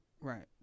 Right